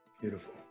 Beautiful